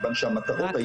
מכיוון שהמטרות והיעדים